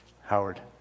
Howard